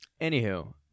anywho